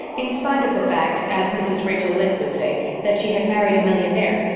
in spite of the fact as mrs. rachel lynde would say that she had married a millionaire,